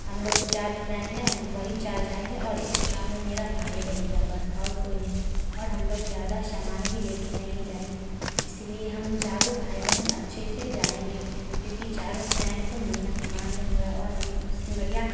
हम लोग चार फ्रेंड हैं हम वही चार जाएँगे और एक्स्ट्रा में मेरा भाई रहेगा बस और कोई नहीं और हम लोग ज्यादा सामान भी लेकर नहीं जाएंगे इसीलिए हम लोग चारों भाई बहन अच्छे से जाएँगे क्योंकि चारों फ्रेंड का मन्नत मानें हुआ और हमें उस मरिया